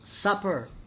Supper